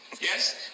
Yes